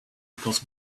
because